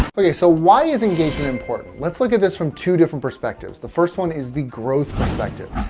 okay, so why is engagement important? let's look at this from two different perspectives. the first one is the growth perspective.